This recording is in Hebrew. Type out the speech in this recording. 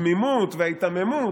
התמימות וההיתממות,